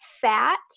fat